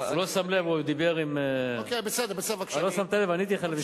לא שמת לב, עניתי לך.